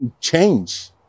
change